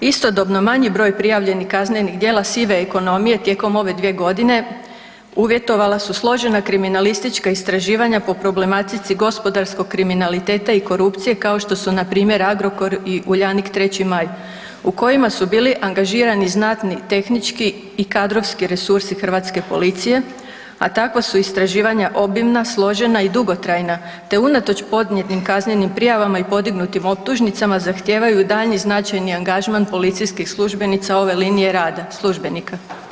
Istodobno manji broj prijavljenih kaznenih djela sive ekonomije tijekom dvije godine uvjetovala su složena kriminalistička istraživanja po problematici gospodarskog kriminaliteta i korupcije kao što su npr. Agrokor i Uljanik, 3.maj u kojima su bili angažirani znatni tehnički i kadrovski resursi hrvatske policije, a takva su istraživanja obimna, složena i dugotrajna te unatoč podnijetim kaznenim prijavama i podignutim optužnicama zahtijevaju i daljnji značajni angažman policijskih službenika ove linije rada službenika.